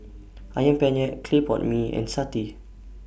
Ayam Penyet Clay Pot Mee and Satay